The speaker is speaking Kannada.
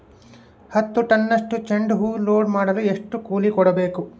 ಹತ್ತು ಟನ್ನಷ್ಟು ಚೆಂಡುಹೂ ಲೋಡ್ ಮಾಡಲು ಎಷ್ಟು ಕೂಲಿ ಕೊಡಬೇಕು?